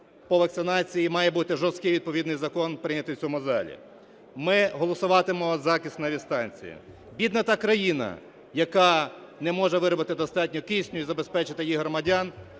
по вакцинації має бути жорсткий відповідний закон, прийнятий в цьому залі. Ми голосуватимемо за кисневі станції. Бідна та країна, яка не може виробити достатньо кисню і забезпечити її громадян,